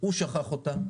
הוא שכח אותה.